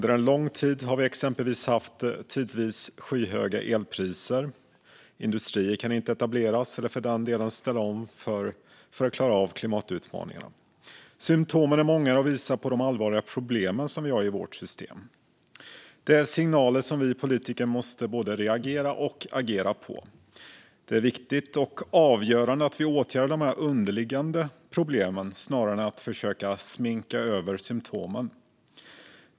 Exempelvis har vi under en lång tid haft tidvis skyhöga elpriser, och industrier kan inte etableras eller för den delen ställa om för att klara av klimatutmaningarna. Symtomen är många och visar på de allvarliga problem vi har i vårt elsystem. Det är signaler vi politiker måste både reagera och agera på. Det är viktigt och avgörande att vi åtgärdar de underliggande problemen snarare än att försöka sminka över symtomen.